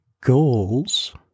goals